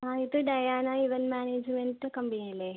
ആ ഇത് Diana event management കമ്പനിയല്ലേ